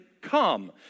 come